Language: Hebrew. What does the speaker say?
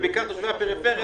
ובעיקר תושבי הפריפריה,